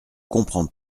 comprends